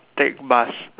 take bus